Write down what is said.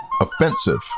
offensive